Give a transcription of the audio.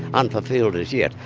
unfulfilled as yet.